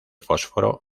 fósforo